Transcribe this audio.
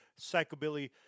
psychobilly